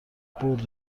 برد